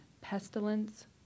pestilence